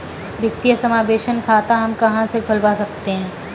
वित्तीय समावेशन खाता हम कहां से खुलवा सकते हैं?